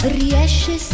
riesce